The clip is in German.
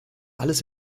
alles